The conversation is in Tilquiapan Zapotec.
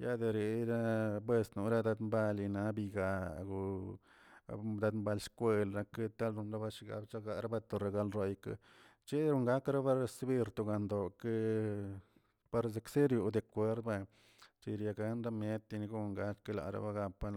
Yaderira estnora dimbali na bigaa dambal shkwel nak talon lo shkal shneknarba to baregalroy cheron gakrab recibir para donkeə serio deakwerbuen skariangal temiet teringon kal klarabagapa